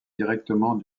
directement